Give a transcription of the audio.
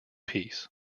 peace